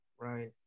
right